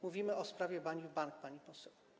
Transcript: Mówimy o sprawie Banif Bank, pani poseł.